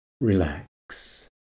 Relax